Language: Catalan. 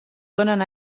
donen